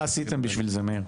מה עשיתם בשביל זה, מאיר?